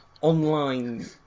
online